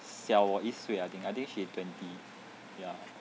小我一岁 I think I think she twenty ya